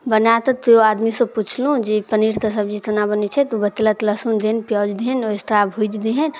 बनाकऽ दू आदमीसँ पुछलहुँ जे पनीरके सब्जी केना बनै छै तऽ ओ बतेलक लहसुन दहिन प्याज दहिन आओर एक्स्ट्रा भुजि दहिन